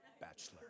Bachelor